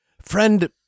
Friend